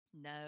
No